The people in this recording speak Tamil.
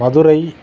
மதுரை